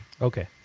Okay